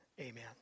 Amen